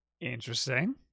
Interesting